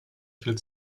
viel